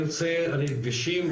ברגע שיש לי אישור אני רוצה כבישים,